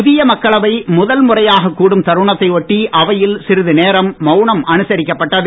புதிய மக்களவை முதல் முறையாக கூடும் தருணத்தை ஒட்டி அவையில் சிறிது நேரம் மவுனம் அனுசரிக்கப்பட்டது